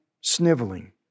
sniveling